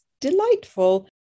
delightful